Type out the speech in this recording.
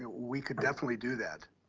ah we could definitely do that.